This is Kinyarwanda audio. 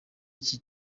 iki